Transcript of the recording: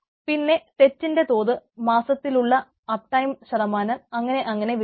പിന്നെ തെറ്റിൻറെ തോത് മാസത്തിലുള്ള അപ്പ്ടൈം അങ്ങനെ അങ്ങനെ വിവരിക്കുന്നു